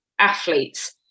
athletes